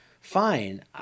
fine